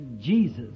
Jesus